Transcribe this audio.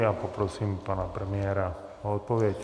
Poprosím pana premiéra o odpověď.